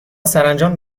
سرانجام